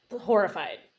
horrified